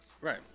Right